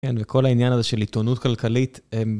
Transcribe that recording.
כן, וכל העניין הזה של עיתונות כלכלית אמ...